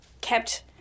kept